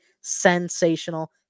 sensational